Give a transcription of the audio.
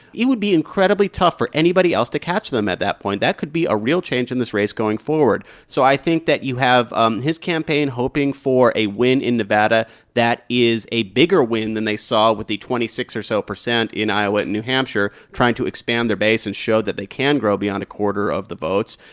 it would be incredibly tough for anybody else to catch them at that point. that could be a real change in this race going forward so i think that you have um his campaign hoping for a win in nevada that is a bigger win than they saw with the twenty six percent or so in iowa and new hampshire, trying to expand their base and show that they can grow beyond a quarter of the votes.